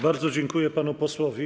Bardzo dziękuję panu posłowi.